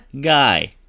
guy